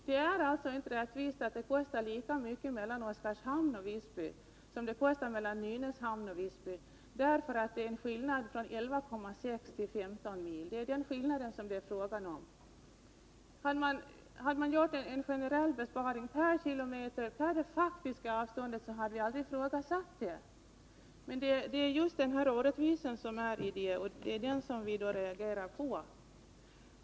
Det är inte rättvist att det kostar lika mycket mellan Oskarshamn och Visby som mellan Nynäshamn och Visby, eftersom avstånden är 11,6 resp. 15 mil. Det är den skillnaden det är fråga om. Hade man gjort en generell besparing per kilometer i det faktiska avståndet, skulle jag aldrig ha ifrågasatt detta. Men nu blir det en orättvisa, och det är mot den vi reagerar.